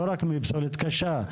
לא רק מפסולת קשה,